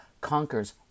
conquers